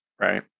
Right